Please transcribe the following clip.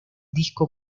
disco